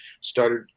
started